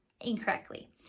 incorrectly